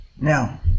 Now